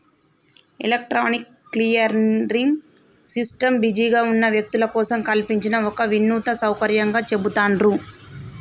electronic clearing system బిజీగా ఉన్న వ్యక్తుల కోసం కల్పించిన ఒక వినూత్న సౌకర్యంగా చెబుతాండ్రు